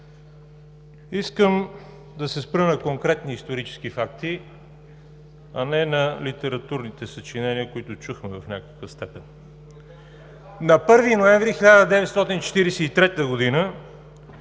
Искам да се спра на конкретни исторически факти, а не на литературните съчинения, които чухме. На 1 ноември 1943 г.